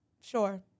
sure